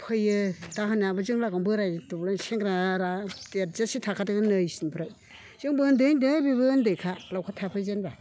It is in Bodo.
फैयो दाहोनायाबो जों लागोआवनो बोरायदब सेंग्रा देरजासे थाखादों नै इसिनिफ्राय जोंबो उन्दै उन्दै बिबो उन्दैखा लावखार थाफैजेनबा